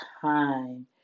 time